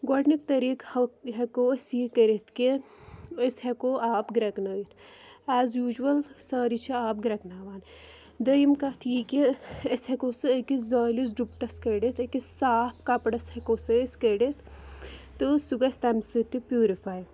گۄڈنیُک طریٖقہٕ ہیوٚک ہیٚکو أسۍ یہِ کٔرِتھ کہِ أسۍ ہیٚکو آب گرٛٮ۪کنٲوِتھ ایٚز یوٗجَل سٲری چھِ آب گرٛٮ۪کٕناوان دٔوٚیِم کَتھ یہِ کہِ أسۍ ہیٚکو سُہ أکِس زٲلِس ڈُپٹَس کٔڈِتھ أکِس صاف کَپرس ہیٚکو سُہ أسۍ کٔڈِتھ تہٕ سُہ گژھِ تَمہِ سۭتۍ تہِ پیٛوٗرِفاے